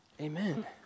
amen